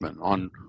on